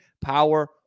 power